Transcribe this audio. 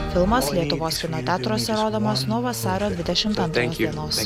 filmas lietuvos kino teatruose rodomas nuo vasario dvidešimt antros dienos